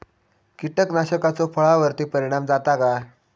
कीटकनाशकाचो फळावर्ती परिणाम जाता काय?